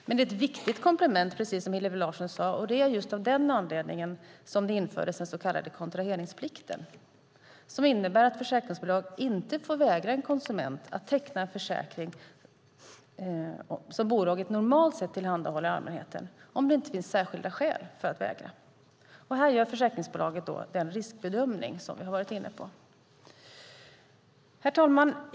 Men det är ett viktigt komplement, precis som Hillevi Larsson sade, och det var av just den anledningen som den så kallade kontraheringsplikten infördes som innebär att försäkringsbolag inte får vägra en konsument att teckna en försäkring som bolaget normalt tillhandahåller allmänheten om det inte finns särskilda skäl för att vägra. Här gör försäkringsbolaget en riskbedömning, som vi har varit inne på. Herr talman!